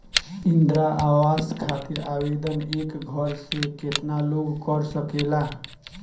इंद्रा आवास खातिर आवेदन एक घर से केतना लोग कर सकेला?